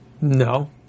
no